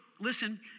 listen